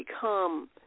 become